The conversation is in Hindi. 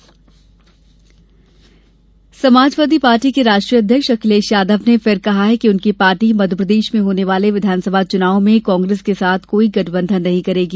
अखिलेश बयान समाजवादी पार्टी के राष्ट्रीय अध्यक्ष अखिलेश यादव ने फिर कहा है कि उनकी पार्टी मध्यप्रदेश में होने वाले विधानसभा चुनावों में कांग्रेस के साथ कोई गठबंधन नहीं करेंगी